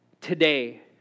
today